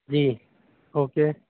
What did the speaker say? جی okay